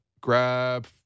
grab